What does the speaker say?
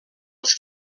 els